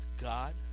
God